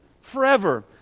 forever